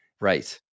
Right